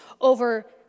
over